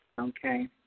Okay